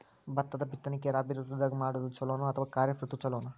ಭತ್ತದ ಬಿತ್ತನಕಿ ರಾಬಿ ಋತು ದಾಗ ಮಾಡೋದು ಚಲೋನ ಅಥವಾ ಖರೀಫ್ ಋತು ಚಲೋನ?